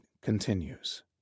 continues